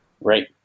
Right